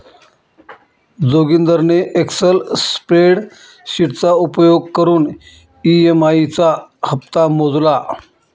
जोगिंदरने एक्सल स्प्रेडशीटचा उपयोग करून ई.एम.आई चा हप्ता मोजला